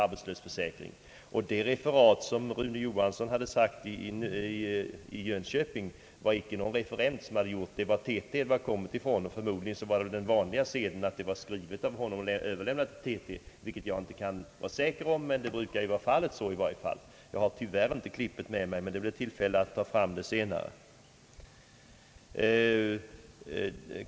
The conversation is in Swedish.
Referatet från Rune Johanssons anförande i Jönköping hade inte gjorts av någon referent. Det hade kommit från TT, och förmodligen hade det skrivits av honom själv och överlämnats till TT. Det kan jag inte vara säker på, men det brukar i varje fall vara så. Jag har tyvärr inte klippet med mig, men det blir tillfälle att ta fram det senare.